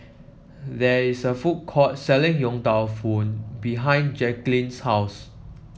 there is a food court selling Yong Tau Foo behind Jacqulyn's house